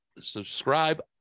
subscribe